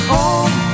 Home